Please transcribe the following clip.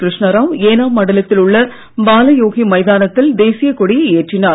கிருஷ்ணாராவ் ஏனாம் மண்டலத்தில் உள்ள பாலயோகி மைதானத்தில் தேசியக் கொடி ஏற்றினார்